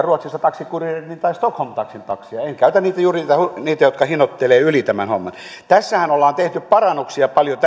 ruotsissa taxikuririn tai taxi stockholmin taksia en käytä juuri niitä jotka hinnoittelevat yli tämän homman tässä lakiesityksen mietinnössähän ollaan tehty paljon